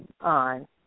on